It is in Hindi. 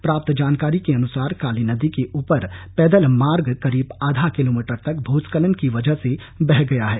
प्राप्त जानकारी के अनुसार काली नदी के ऊपर पैदल मार्ग करीब आधा किलोमीटर तक भूस्खलन की वजह से बह गया है